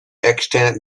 extant